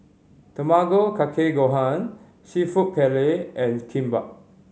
Tamago Kake Gohan Seafood Paella and Kimbap